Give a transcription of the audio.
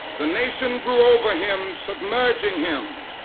the nation grew over him, submerging him.